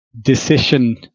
decision